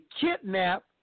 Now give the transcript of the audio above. kidnap